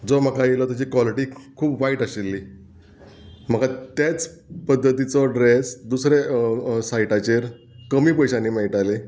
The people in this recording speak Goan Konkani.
जो म्हाका येयलो तेची क्वॉलिटी खूब वायट आशिल्ली म्हाका तेच पद्दतीचो ड्रेस दुसरे सायटाचेर कमी पयशांनी मेळटाले